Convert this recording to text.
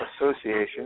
Association